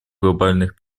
глобальных